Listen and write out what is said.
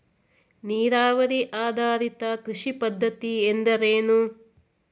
ನೀರಾವರಿ ಆಧಾರಿತ ಕೃಷಿ ಪದ್ಧತಿ ಎಂದರೇನು?